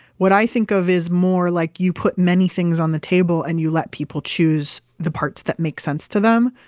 what i think of is more like you put many things on the table and you let people choose the parts that make sense to them.